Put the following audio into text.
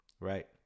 right